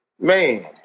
man